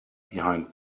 behind